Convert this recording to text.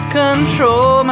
control